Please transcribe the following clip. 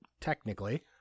technically